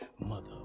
Mother